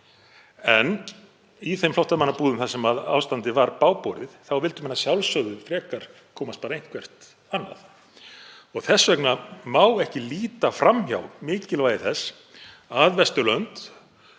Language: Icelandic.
en í þeim flóttamannabúðum þar sem ástandið var bágborið vildu menn að sjálfsögðu frekar komast bara eitthvert annað. Þess vegna má ekki líta fram hjá mikilvægi þess að Vesturlönd